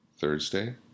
Thursday